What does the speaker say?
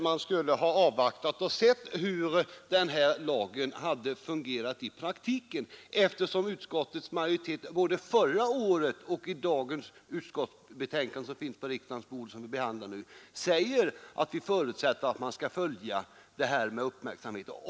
Man borde ha avvaktat för att se hur lagen fungerade i praktiken, eftersom utskottsmajoriteten både förra året och i det nu aktuella utskottsbetänkandet säger att det förutsättes att frågan skall följas med uppmärksamhet.